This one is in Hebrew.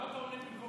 למה אתה עונה במקומו?